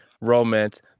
romance